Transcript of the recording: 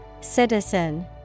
Citizen